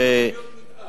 תוכניות מיתאר.